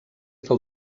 del